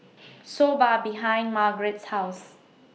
Soba behind Margarett's House